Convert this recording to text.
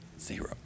Zero